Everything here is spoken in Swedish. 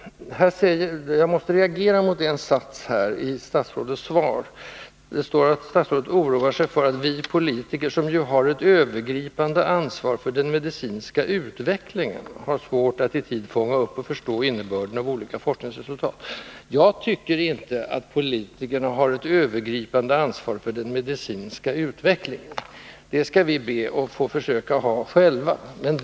Jag måste reagera mot en sats i statsrådets svar. Statsrådet oroar sig över att ”vi politiker — som ju har ett övergripande ansvar för den medicinska utvecklingen — har svårt att i tid fånga upp och förstå innebörden av olika forskningsresultat”. Jag tycker inte att politikerna har ett övergripande ansvar för den medicinska utvecklingen. Det skall vi överlåta åt forskarna.